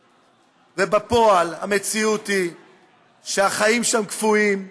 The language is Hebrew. ובפועל, המציאות היא שהחיים שם קפואים: